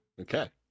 okay